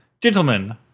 Gentlemen